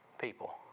people